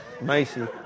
Macy